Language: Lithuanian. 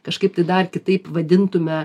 kažkaip tai dar kitaip vadintume